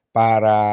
para